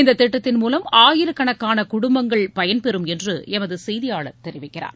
இந்தத் திட்டத்தின் மூலம் ஆயிரக்கணக்கான குடும்பங்கள் பயன்பெறும் என்று எமது செய்தியாளர் தெரிவிக்கிறார்